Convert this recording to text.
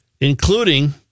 Including